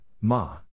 Ma